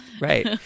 Right